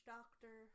Doctor